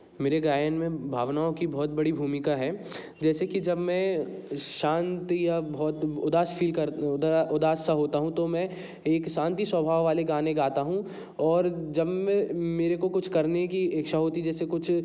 मेरे गायन में भावनाओं की बहुत बड़ी भूमिका है जैसे कि जब मैं शांति या बहुत उदास फील कर उद उदास सा होता हूँ तो मैं एक शांति के स्वभाव वाले गाने गाता हूँ और जब मैं मेरे को कुछ करने की इच्छा होती जैसे कुछ